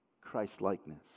Christlikeness